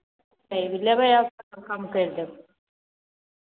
लेबै हम कम करि देबै